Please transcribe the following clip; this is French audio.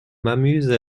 m’amuse